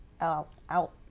out